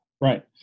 Right